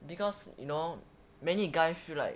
because you know many guy feel like